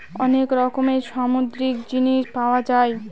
অনেক রকমের সামুদ্রিক জিনিস পাওয়া যায়